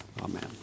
Amen